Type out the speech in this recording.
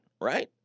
right